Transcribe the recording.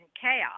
chaos